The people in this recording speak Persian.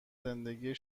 زندگی